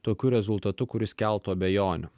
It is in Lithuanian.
tokiu rezultatu kuris keltų abejonių